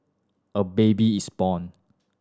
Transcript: a baby is born